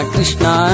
Krishna